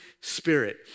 Spirit